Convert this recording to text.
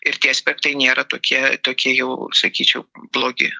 ir tie aspektai nėra tokie tokie jau sakyčiau blogi